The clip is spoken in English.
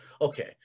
okay